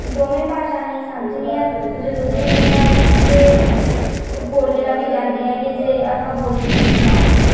ਦੋਵੇਂ ਭਾਸ਼ਾ ਹੀ ਸਮਝਣੀਆਂ ਜ਼ਰੂਰੀ ਹੁੰਦੀਆਂ ਹੈਗੀਆਂ ਅਤੇ ਬੋਲੀਆਂ ਵੀ ਜਾਂਦੀਆਂ ਹੈਗੀਆਂ ਜੇ ਆਪਾਂ ਬੋਲੀਏ ਤਾਂ